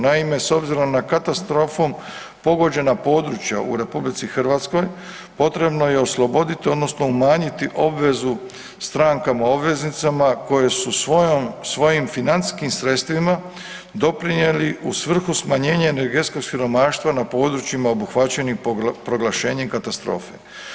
Naime, s obzirom na katastrofom pogođena područja u RH potrebno je osloboditi odnosno umanjiti obvezu strankama obveznicama koje su svojim financijskim sredstvima doprinijeli u svrhu smanjenja energetskog siromaštva na područjima obuhvaćenim proglašenjem katastrofe.